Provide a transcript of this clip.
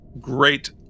great